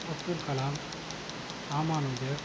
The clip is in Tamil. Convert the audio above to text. அப்துல்கலாம் ராமானுஜர்